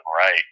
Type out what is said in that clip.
right